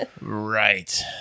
right